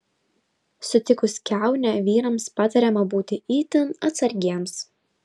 sutikus kiaunę vyrams patariama būti itin atsargiems